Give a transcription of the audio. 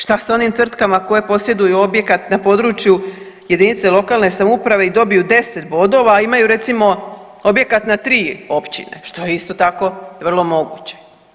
Šta s onim tvrtkama koje posjeduju objekat na području jedinice lokalne samouprave i dobiju 10 bodova, a imaju recimo objekat na 3 općine što je isto tako vrlo moguće.